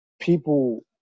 people